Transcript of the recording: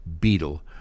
beetle